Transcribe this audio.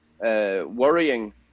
worrying